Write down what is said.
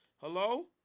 Hello